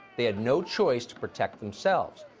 they had no choice to protect themselves.